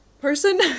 person